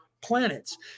planets